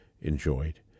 enjoyed